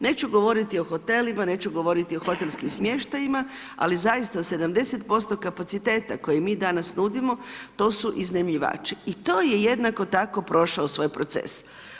Neću govoriti o hotelima, neću govoriti o hotelskim smještajima, ali zaista 70% kapaciteta koje mi danas nudimo, to su iznajmljivači i to je jednako tako prošao svoje proces.